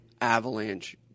avalanche